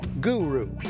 Guru